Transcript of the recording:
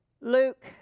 Luke